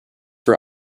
for